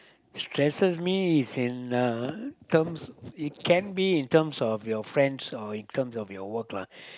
stresses me is in uh terms it can be in terms of your friends or in terms of your work lah